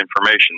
information